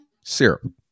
syrup